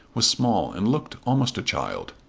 was small and looked almost a child.